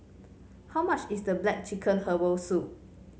how much is the black chicken Herbal Soup